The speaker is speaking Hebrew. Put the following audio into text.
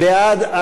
בעד,